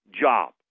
job